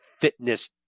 fitness